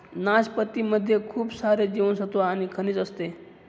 नाशपती मध्ये खूप सारे जीवनसत्त्व आणि खनिज असते